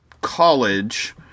college